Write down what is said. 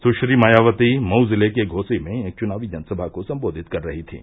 सुश्री मायावती मऊ जिले के घोसी में एक चुनावी जनसभा को सम्बोधित कर रही थीं